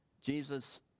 Jesus